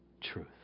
truth